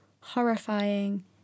horrifying